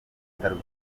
bitaro